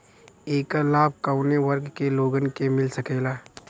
ऐकर लाभ काउने वर्ग के लोगन के मिल सकेला?